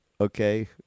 okay